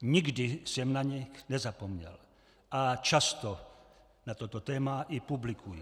Nikdy jsem na ně nezapomněl a často na toto téma i publikuji.